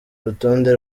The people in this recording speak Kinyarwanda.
rutonde